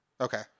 Okay